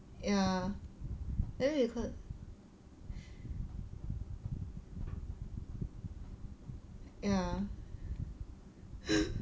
ya then you ya